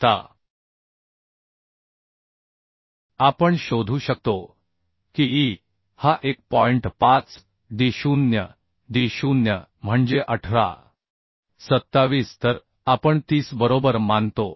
आता आपण शोधू शकतो की E हा 1 असेल 5 डी 0 डी 0 म्हणजे 18 तर 27 तर आपण 30 बरोबर मानतो